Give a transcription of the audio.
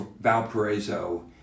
Valparaiso